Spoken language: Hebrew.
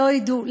שלא ידעו.